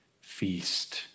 feast